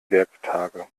werktage